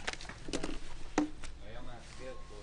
אנחנו מחכים לפרטים בהמשך, הוראות להמשך.